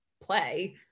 play